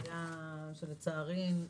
שלצערי,